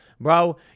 Bro